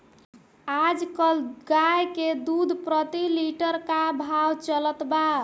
आज कल गाय के दूध प्रति लीटर का भाव चलत बा?